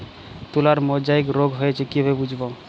তুলার মোজাইক রোগ হয়েছে কিভাবে বুঝবো?